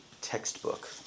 textbook